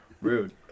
Rude